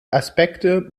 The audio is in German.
aspekte